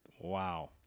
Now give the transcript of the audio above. Wow